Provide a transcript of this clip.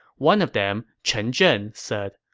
one of them, chen zhen, said,